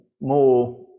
more